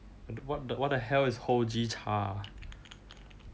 what what the hell is Hojicha